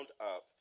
up